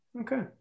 Okay